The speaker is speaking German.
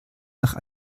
nach